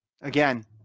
Again